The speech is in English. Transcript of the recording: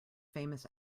famous